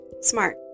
Smart